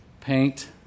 Paint